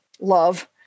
love